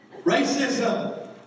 Racism